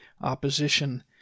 opposition